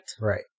Right